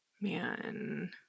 man